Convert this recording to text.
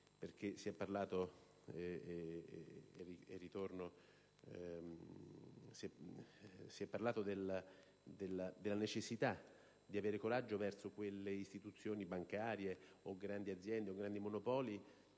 Si è parlato della necessità di avere coraggio verso quelle istituzioni bancarie, quelle grandi aziende o quei grandi monopoli